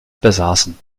besaßen